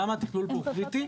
למה התכלול פה הוא קריטי?